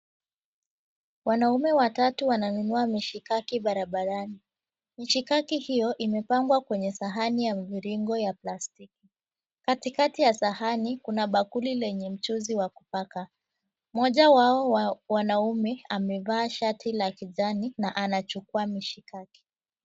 Wanaume watatu wananunua mishikaki barabarani. Mishikaki hiyo imepangwa kwenye sahani ya mviringo ya plastiki. Katikati ya sahani kuna bakuli lenye mchuzi wa kupaka. Mmoja wao wa wanaume amevaa shati la kijani na anachukua mishikaki.